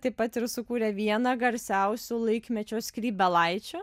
taip pat ir sukūrė vieną garsiausių laikmečio skrybėlaičių